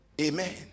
Amen